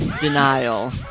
denial